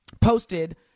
posted